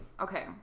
okay